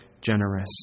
generous